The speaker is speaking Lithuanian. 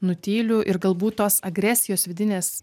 nutyliu ir galbūt tos agresijos vidinės